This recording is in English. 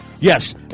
Yes